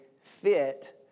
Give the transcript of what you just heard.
fit